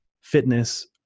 fitness